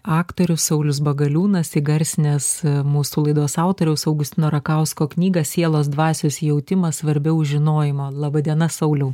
aktorius saulius baliūnas įgarsinęs mūsų laidos autoriaus augustino rakausko knygą sielos dvasios jautimas svarbiau žinojimo laba diena sauliau